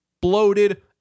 bloated